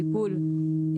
טיפול.